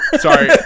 Sorry